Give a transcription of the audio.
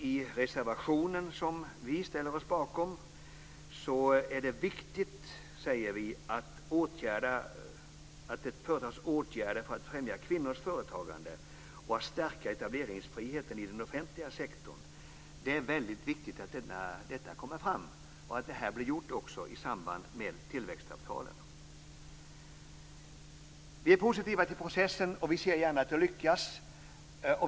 I reservationen, som vi ställer oss bakom, skriver vi att det är viktigt att det företas åtgärder för att främja kvinnors företagande och att man stärker etableringsfriheten i den offentliga sektorn. Det är väldigt viktigt att detta kommer fram och att det blir gjort i samband med tillväxtavtalen. Vi är positiva till processen, och vi ser gärna att den lyckas.